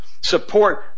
Support